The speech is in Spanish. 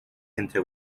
entre